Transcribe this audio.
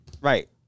right